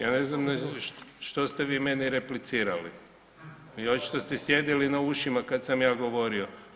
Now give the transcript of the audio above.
Ja ne znam što ste vi meni replicirali i očito ste sjedili na ušima kad sam ja govorio.